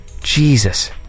Jesus